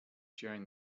during